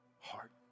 heart